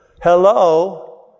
Hello